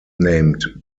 named